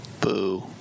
boo